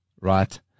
right